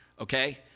okay